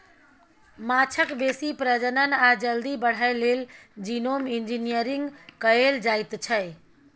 माछक बेसी प्रजनन आ जल्दी बढ़य लेल जीनोम इंजिनियरिंग कएल जाएत छै